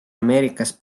ameerikas